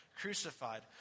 crucified